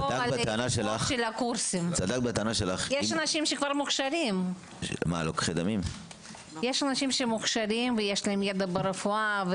יש אנשים שמוכשרים כבר ויש להם ידע ברפואה,